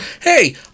Hey